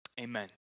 Amen